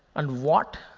and what?